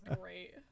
great